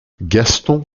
gaston